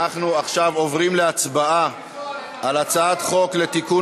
אנחנו עכשיו עוברים להצבעה על הצעת חוק לתיקון